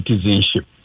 citizenship